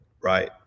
Right